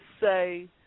say